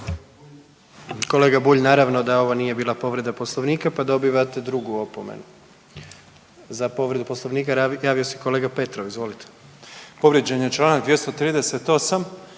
Kolega Bulj, naravno da ovo nije bila povreda Poslovnika pa dobivate drugu opomenu. Za povredu Poslovnika javio se kolega Petrov, izvolite. **Petrov, Božo